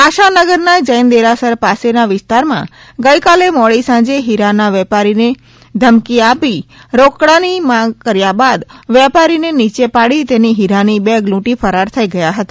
આશાનગરના જૈન દેરાસર પાસેનો વિસ્તારમાં ગઇકાલે મોડી સાંજે હીરાનો વેપારીને ધમકી આપી રોકડાની માંગ કર્યા બાદ વેપારીને નીચે પાડી તેની હીરાની બેગ લૂંટી ફરાર થઇ ગયા હતા